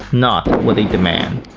not what they demand!